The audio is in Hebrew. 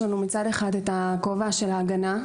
מצד אחד יש לנו את הכובע של ההגנה,